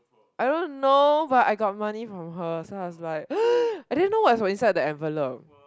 I don't know but I got money from her so I was like I didn't know what's what's inside the envelope